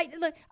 Look